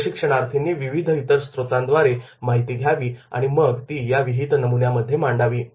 प्रशिक्षणार्थींनी विविध इतर स्त्रोतांद्वारे माहिती घ्यावी आणि मग ती या विहित नमुन्यामध्ये मांडावी